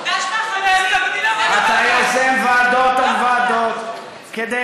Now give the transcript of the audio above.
אתה יוזם ועדות על ועדות כדי